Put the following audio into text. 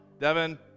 Devin